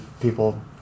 people